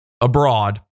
abroad